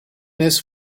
this